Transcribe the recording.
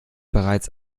bereits